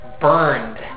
burned